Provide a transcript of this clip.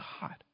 God